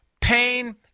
pain